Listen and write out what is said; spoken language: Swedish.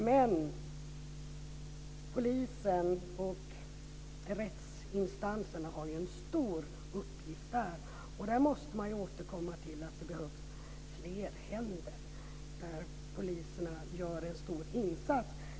Men polisen och rättsinstanserna har ju en stor uppgift, och man måste ju återkomma till att det behövs fler händer där poliserna gör en stor insats.